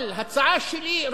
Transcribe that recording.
אבל ההצעה שלי,